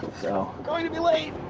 so going to be late.